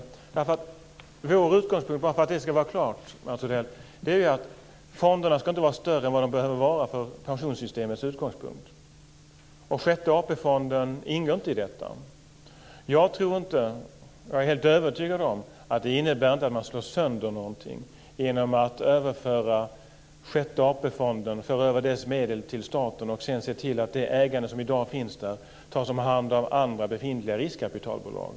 Bara för att det ska vara klart, Mats Odell, vill jag säga att vår utgångspunkt är att fonderna inte ska vara större än vad de behöver vara från pensionssystemets utgångspunkt. Sjätte AP-fonden ingår inte i detta. Jag är helt övertygad om att man inte slår sönder någonting genom att föra över Sjätte AP-fondens medel till staten och sedan se till att det ägande som i dag finns där tas om hand av andra befintliga riskkapitalbolag.